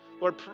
Lord